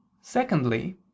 Secondly